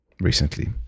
recently